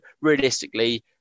realistically